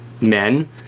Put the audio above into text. men